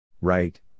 Right